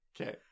Okay